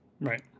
Right